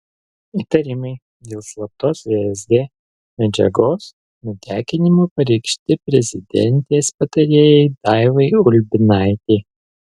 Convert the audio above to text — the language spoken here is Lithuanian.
įtarimai dėl slaptos vsd medžiagos nutekinimo pareikšti prezidentės patarėjai daivai ulbinaitei